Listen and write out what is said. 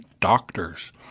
doctors